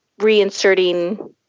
reinserting